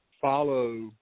follow